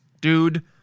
dude